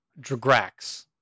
Dragrax